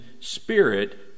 spirit